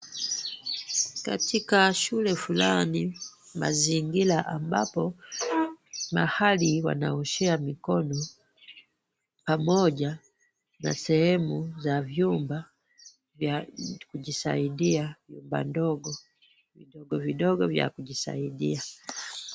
Katika shule fulani, mazingira ambapo mahali wanaoshea mikono pamoja na seheu ya vyumba vidogo vya kujisaidia.